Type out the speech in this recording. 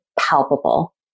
palpable